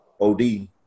OD